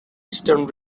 eastern